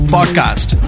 Podcast